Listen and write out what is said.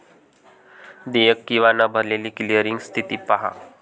देयक किंवा न भरलेली क्लिअरिंग स्थिती पहा